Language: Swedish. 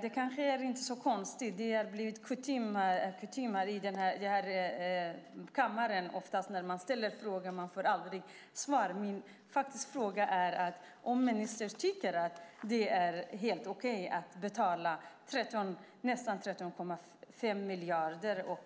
Det kanske inte är så konstigt att jag inte fick något svar eftersom det har blivit kutym i denna kammare. När man ställer en fråga får man aldrig något svar. Min fråga är: Tycker ministern att det är helt okej att betala nästan 13,5 miljarder?